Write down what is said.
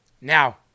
Now